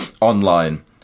online